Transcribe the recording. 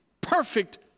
perfect